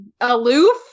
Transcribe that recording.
aloof